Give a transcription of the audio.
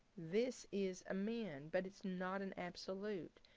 this is a min, but it's not an absolute.